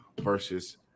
versus